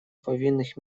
повинных